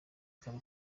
ikaba